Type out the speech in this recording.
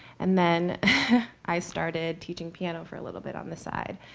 and then i started teaching piano for a little bit on the side.